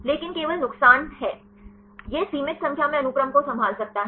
लेकिन केवल नुकसान है यह सीमित संख्या में अनुक्रम को संभाल सकता है